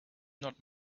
not